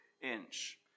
inch